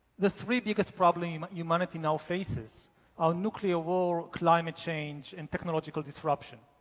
the three biggest problem humanity now faces are nuclear war, climate change and technological disruption.